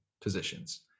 positions